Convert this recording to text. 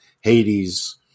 Hades